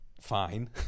fine